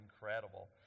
incredible